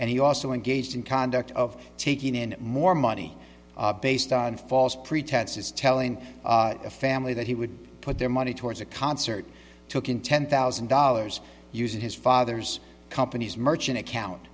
and he so engaged in conduct of taking in more money based on false pretenses telling a family that he would put their money towards a concert took in ten thousand dollars using his father's company's merchant account